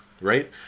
Right